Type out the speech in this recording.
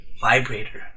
vibrator